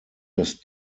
das